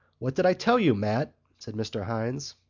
what did i tell you, mat? said mr. hynes.